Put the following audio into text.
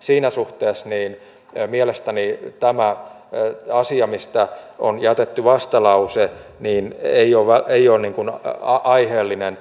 siinä suhteessa mielestäni tämä asia mistä on jätetty vastalause ei ole aiheellinen